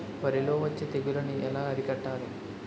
వరిలో వచ్చే తెగులని ఏలా అరికట్టాలి?